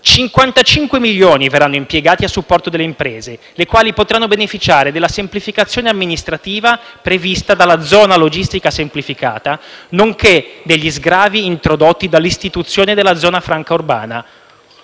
55 milioni verranno impiegati a supporto delle imprese, le quali potranno beneficiare della semplificazione amministrativa prevista dalla zona logistica semplificata, nonché degli sgravi introdotti dall’istituzione della zona franca urbana.